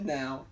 now